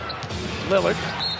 Lillard